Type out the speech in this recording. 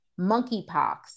monkeypox